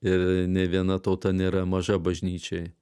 ir nei viena tauta nėra maža bažnyčiai